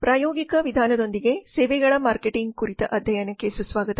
ಪ್ರಾಯೋಗಿಕ ವಿಧಾನದೊಂದಿಗೆ ಸೇವೆಗಳ ಮಾರ್ಕೆಟಿಂಗ್ ಕುರಿತ ಅಧ್ಯಯನಕ್ಕೆ ಸುಸ್ವಾಗತ